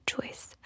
choice